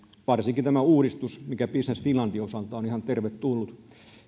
varsinkin tämä uudistus mikä business finlandin osalta on on ihan tervetullut